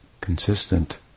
consistent